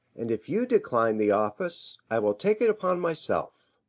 and if you decline the office i will take it upon myself.